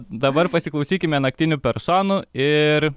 dabar pasiklausykime naktinių personų ir